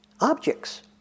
objects